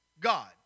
God